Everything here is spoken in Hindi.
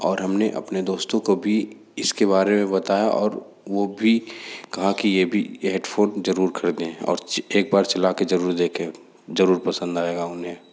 और हमने अपने दोस्तों को भी इसके बारे में बताया और वो भी कहा कि ये भी हेडफोन जरूर खरीदें और एक बार चला के जरूर देखें जरूर पसंद आएगा उन्हें